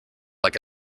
like